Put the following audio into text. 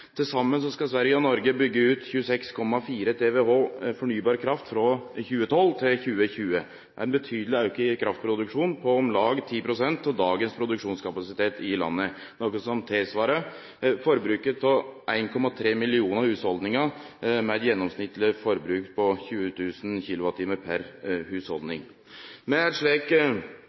Til saman skal Sverige og Noreg byggje ut 26,4 TWh fornybar kraft frå 2012 til 2020. Det er ein betydeleg auke i kraftproduksjonen på om lag 10 pst. av dagens produksjonskapasitet i landa, noko som tilsvarar forbruket til 1,3 millionar hushaldningar, med eit gjennomsnittleg forbruk på 20 000 kWh per